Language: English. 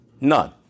None